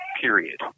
period